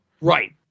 Right